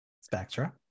Spectra